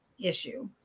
issue